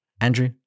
Andrew